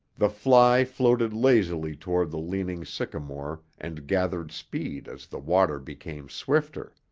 the fly floated lazily toward the leaning sycamore and gathered speed as the water became swifter.